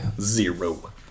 zero